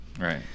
Right